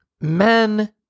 men